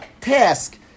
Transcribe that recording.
task